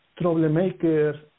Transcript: troublemakers